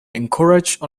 encouraged